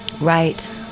Right